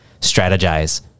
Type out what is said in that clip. strategize